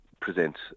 present